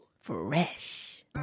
Fresh